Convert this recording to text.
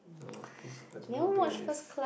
no who's I don't know who Glen is